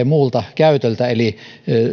muulta käytöltä eli